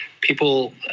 people